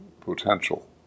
potential